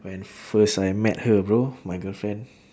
when first I met her bro my girlfriend